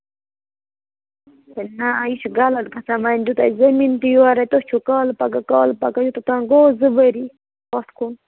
ہاں ہاں یہِ چھُ غلط گژھان وۅنۍ دیُت اَسہِ زمیٖن تہِ یورے تُہۍ چھِو کالہٕ پگاہ کالہٕ پَگاہ یوتام گٔیے زٕ ؤری پَتھ کُن